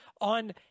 on